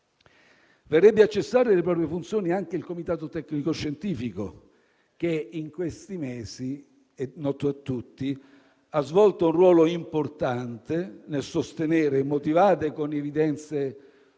Verrebbe a cessare le proprie funzioni anche il comitato tecnico-scientifico, che in questi mesi - è noto a tutti - ha svolto un ruolo importante nel sostenere e motivare con evidenze scientifiche